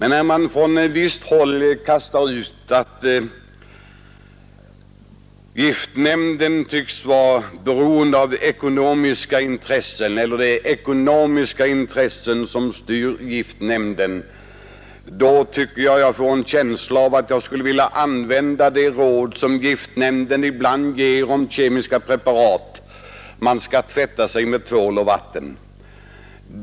När man från visst håll kastar ut påståendet, att giftnämnden tycks vara beroende av ekonomiska intressen eller att ekonomiska intressen styr giftnämnden, skulle jag vilja använda det råd som giftnämnden ibland ger till handhavarna av kemiska preparat: man skall tvätta sig med tvål och vatten!